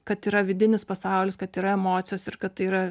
kad yra vidinis pasaulis kad yra emocijos ir kad tai yra